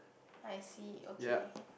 I see okay